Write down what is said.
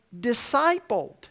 discipled